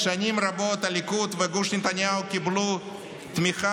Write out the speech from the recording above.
שנים רבות הליכוד וגוש נתניהו קיבלו תמיכה